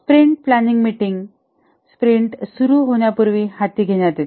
sprint planning meeting sprint सुरू होण्यापूर्वी हाती घेण्यात येते